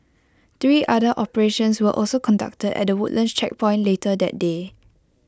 three other operations were also conducted at the Woodlands checkpoint later that day